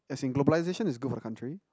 as in globalization is good for the country